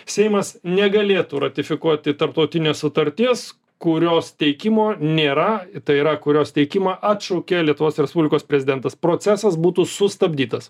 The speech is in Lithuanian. seimas negalėtų ratifikuoti tarptautinės sutarties kurios teikimo nėra tai yra kurios teikimą atšaukė lietuvos respublikos prezidentas procesas būtų sustabdytas